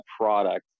product